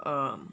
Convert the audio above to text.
um